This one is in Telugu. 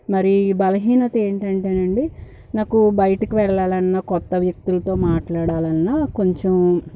మరి బలహీనత ఏంటంటేనండి నాకు బయటకు వెళ్ళాలన్న కొత్త వ్యక్తులతో మాట్లాడాలన్న కూడా కొంచెం